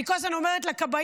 אני כל הזמן אומרת לכבאים,